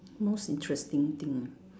most interesting thing